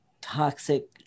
toxic